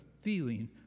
feeling